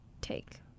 take